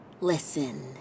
Listen